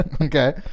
Okay